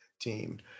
team